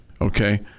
okay